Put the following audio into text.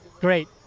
Great